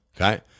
Okay